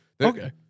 Okay